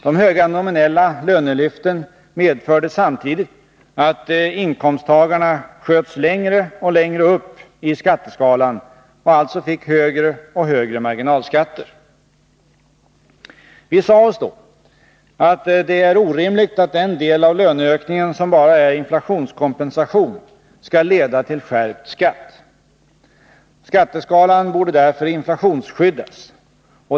De höga nominella lönelyften medförde samtidigt att inkomsttagarna sköts längre och längre upp i skatteskalan och alltså fick högre och högre marginalskatter. Vi sade oss då att det är orimligt att den del av löneökningen som bara är inflationskompensation skall leda till skärpt skatt. Skatteskalan borde därför inflationsskyddas.